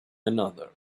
another